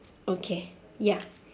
okay ya